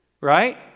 Right